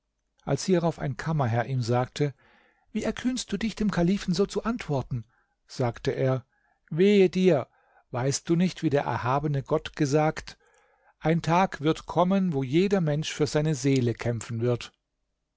als hierauf ein kammerherr ihm sagte wie erkühnst du dich dem kalifen so zu antworten sagte er wehe dir weißt du nicht wie der erhabene gott gesagt ein tag wird kommen wo jeder mensch für seine seele kämpfen wird